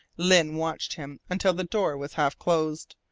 lyne watched him until the door was half-closed,